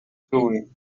doing